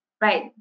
Right